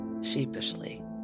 sheepishly